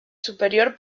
superior